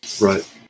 Right